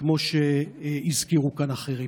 כמו שהזכירו כאן אחרים.